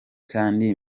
kandi